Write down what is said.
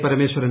Parameswaran